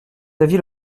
aviez